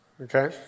okay